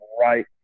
right